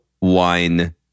wine